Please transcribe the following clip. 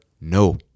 no